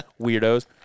Weirdos